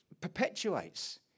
perpetuates